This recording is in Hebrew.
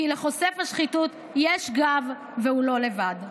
כי לחושף השחיתות יש גב והוא לא לבד.